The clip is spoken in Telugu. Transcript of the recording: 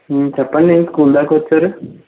చెప్పండి స్కూల్ దాకా వచ్చారు